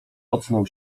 ocknął